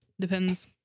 Depends